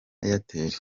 airtel